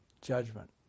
judgment